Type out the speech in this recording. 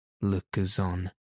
lookers-on